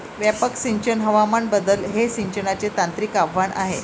व्यापक सिंचन हवामान बदल हे सिंचनाचे तांत्रिक आव्हान आहे